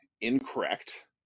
incorrect